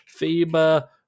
FIBA